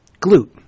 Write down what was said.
Glute